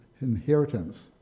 inheritance